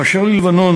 באשר ללבנון,